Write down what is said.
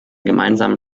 gemeinsamen